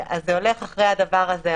אז זה הולך אחרי הדבר הזה.